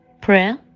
prayer